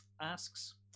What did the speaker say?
asks